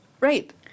Right